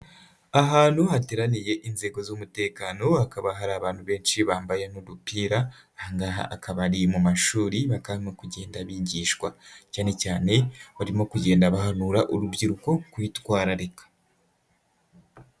Ahantu hateraniye inzego z'umutekano hakaba hari abantu benshi bambaye n'udupira, aha ngaha akaba ari mu mashuri bakaba barimo kugenda bigishwa cyane cyane barimo kugenda bahanura urubyiruko kwitwararika.